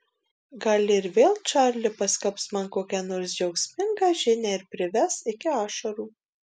gal ir vėl čarli paskelbs man kokią nors džiaugsmingą žinią ir prives iki ašarų